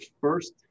first